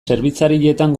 zerbitzarietan